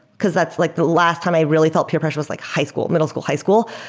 because that's like the last time i really felt peer pressure was like high school, middle school, high school.